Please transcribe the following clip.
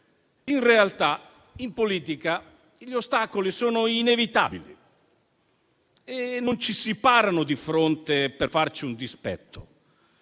In realtà, in politica gli ostacoli sono inevitabili e ci si parano di fronte non per farci un dispetto,